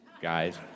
guys